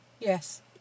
Yes